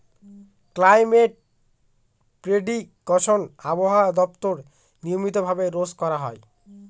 climate prediction আবহাওয়া দপ্তর নিয়মিত ভাবে রোজ করা হয়